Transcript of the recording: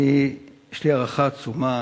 יש לי הערכה עצומה